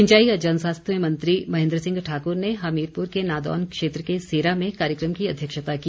सिंचाई व जन स्वास्थ्य मंत्री महेन्द्र सिंह ठाकुर ने हमीरपुर के नादौन क्षेत्र के सेरा में कार्यक्रम की अध्यक्षता की